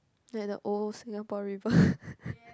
like the old Singapore-River